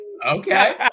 Okay